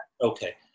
Okay